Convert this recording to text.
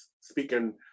speaking